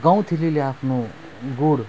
गौँथलीले आफ्नो गुँड